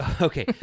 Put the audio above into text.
Okay